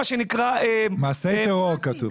כתוב כאן מעשה טרור.